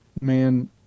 man